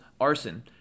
arson